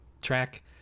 track